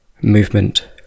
movement